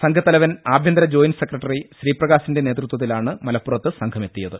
സംഘത്തലവൻ ആഭ്യന്തര joint secretary ശ്രീപ്രകാശിന്റെ നേതൃത്വത്തിലാണ് മല പ്പുറത്ത് സംഘം എത്തിയത്